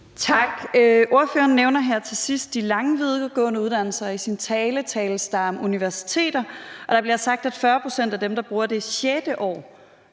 Tak. Ordføreren nævner her til sidst de lange videregående uddannelser og taler i sin tale om universiteter, og det bliver sagt, at 40 pct. af dem, der bruger det sjette år